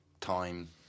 time